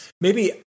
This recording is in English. Maybe-